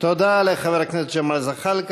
תודה לחבר הכנסת ג'מאל זחאלקה.